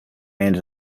and